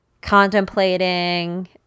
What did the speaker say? Contemplating